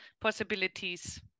possibilities